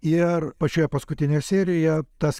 ir pačioje paskutinėje serijoje tas